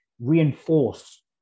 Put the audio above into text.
reinforce